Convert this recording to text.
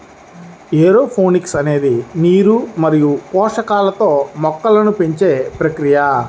aeroponics అనేది నీరు మరియు పోషకాలతో మొక్కలను పెంచే ప్రక్రియ